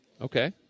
Okay